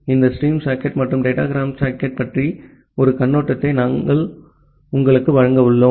இந்த stream socket மற்றும் datagram சாக்கெட்பற்றிய ஒரு கண்ணோட்டத்தை நாங்கள் உங்களுக்கு வழங்க உள்ளோம்